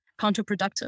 counterproductive